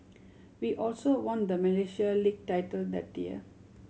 we also won the Malaysia League title that year